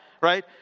right